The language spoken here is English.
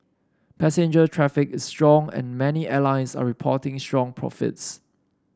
passenger traffic is strong and many airlines are reporting strong profits